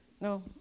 no